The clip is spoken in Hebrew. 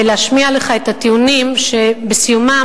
ולהשמיע לך את הטיעונים שבסיומם,